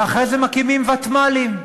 ואחרי זה מקימים ותמ"לים.